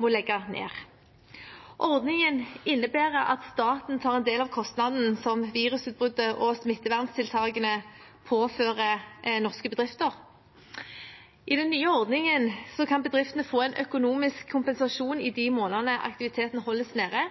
må legge ned. Ordningen innebærer at staten tar en del av kostnaden som virusutbruddet og smitteverntiltakene påfører norske bedrifter. I den nye ordningen kan bedriftene få en økonomisk kompensasjon i de månedene aktiviteten holdes nede,